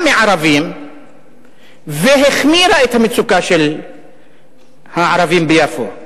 מערבים והחמירה את המצוקה של הערבים ביפו.